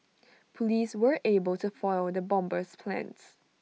Police were able to foil the bomber's plans